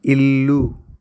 ఇల్లు